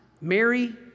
mary